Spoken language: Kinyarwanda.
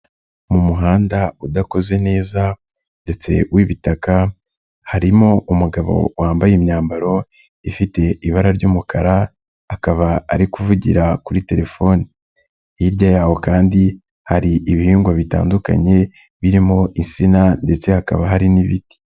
Mu muhanda udakoze neza ndetse w'ibitaka harimo umugabo wambaye imyambaro ifite ibara ry'umukara, akaba ari kuvugira kuri terefoni. Hirya yaho kandi hari ibihingwa bitandukanye, birimo itsina ndetse hakaba hari n'ibiti.